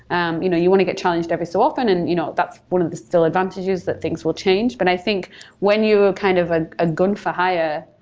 and you know you want to get challenged every so often, and you know that's one of the advantages that things will change but i think when you're kind of a ah gun for hire,